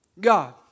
God